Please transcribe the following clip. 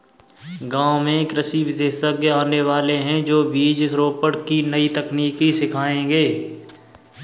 गांव में कृषि विशेषज्ञ आने वाले है, जो बीज रोपण की नई तकनीक सिखाएंगे